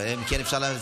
אבל אם כן, אפשר הצבעה.